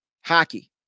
hockey